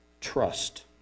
trust